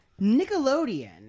nickelodeon